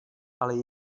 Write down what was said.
ale